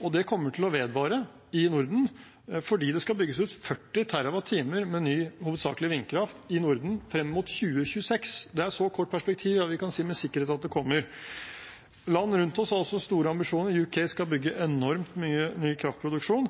og det kommer til å vedvare i Norden, fordi det skal bygges 40 TWh med ny kraft – hovedsakelig vindkraft – i Norden frem mot 2026. Det er et så kort perspektiv at vi kan si med sikkerhet at det kommer. Land rundt oss har også store ambisjoner. Storbritannia skal bygge enormt mye ny kraftproduksjon,